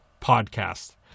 podcast